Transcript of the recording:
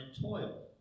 toil